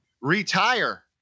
Retire